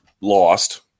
lost